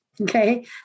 okay